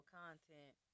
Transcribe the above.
content